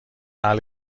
دارد